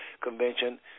convention